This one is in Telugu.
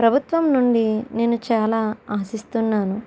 ప్రభుత్వం నుండి నేను చాలా ఆశిస్తున్నాను